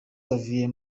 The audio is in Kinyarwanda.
xavier